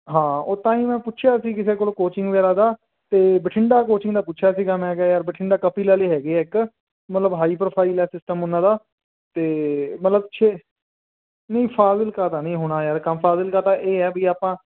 ਹਾਂ ਉਹ ਤਾਂ ਹੀ ਮੈਂ ਪੁੱਛਿਆ ਸੀ ਕਿਸੇ ਕੋਲੋਂ ਕੋਚਿੰਗ ਵਗੈਰਾ ਦਾ ਅਤੇ ਬਠਿੰਡਾ ਕੋਚਿੰਗ ਦਾ ਪੁੱਛਿਆ ਸੀਗਾ ਮੈਂ ਕਿਹਾ ਯਾਰ ਬਠਿੰਡਾ ਕਪਿਲ ਵਾਲੇ ਹੈਗੇ ਹੈ ਇੱਕ ਮਤਲਬ ਹਾਈ ਪ੍ਰੋਫਾਈਲ ਹੈ ਸਿਸਟਮ ਉਹਨਾਂ ਦਾ ਤਾਂ ਮਤਲਬ ਛੇ ਨਹੀਂ ਫ਼ਾਜ਼ਿਲਕਾ ਤਾਂ ਨਹੀਂ ਹੋਣਾ ਯਾਰ ਕੰਮ ਫ਼ਾਜ਼ਿਲਕਾ ਤਾਂ ਇਹ ਹੈ ਵੀ ਆਪਾਂ